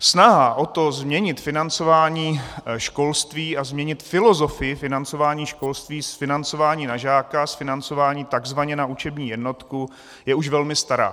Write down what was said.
Snaha o to změnit financování školství a změnit filozofii financování školství z financování na žáka, z financování takzvaně na učební jednotku, je už velmi stará.